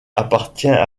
appartient